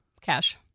cash